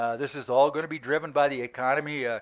ah this is all going to be driven by the economy. ah